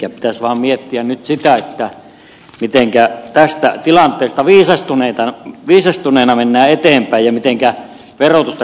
pitäisi vaan miettiä nyt sitä mitenkä tästä tilanteesta viisastuneena mennään eteenpäin ja mitenkä verotusta kohdellaan